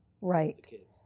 Right